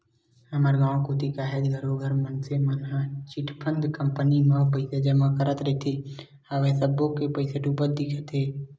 हमर गाँव कोती काहेच घरों घर मनसे मन ह चिटफंड कंपनी मन म पइसा जमा करत रिहिन हवय सब्बो के पइसा डूबत दिखत हे